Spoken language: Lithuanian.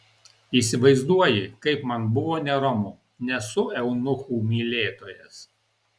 įsivaizduoji kaip man buvo neramu nesu eunuchų mylėtojas